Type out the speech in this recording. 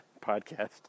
podcast